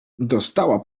dostała